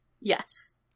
Yes